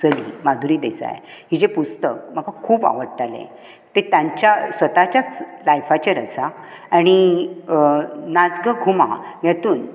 चली माधुरी देसाय हिचें पुस्तक म्हाका खूब आवडटालें तें तांच्या स्वताच्याच लायफाचेर आसा आनी अं नाच ग घूमा हेतूंत